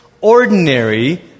ordinary